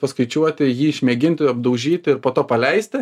paskaičiuoti jį išmėginti apdaužyt ir po to paleisti